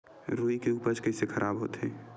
रुई के उपज कइसे खराब होथे?